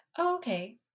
Okay